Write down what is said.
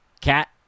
Cat